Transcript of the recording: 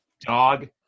dog